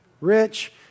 rich